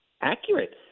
accurate